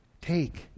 Take